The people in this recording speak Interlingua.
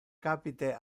capite